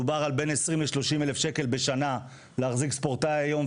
מדובר על בין 20-30 אלף שקל בשנה להחזיק ספורטאי היום,